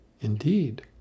Indeed